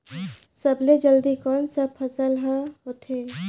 सबले जल्दी कोन सा फसल ह होथे?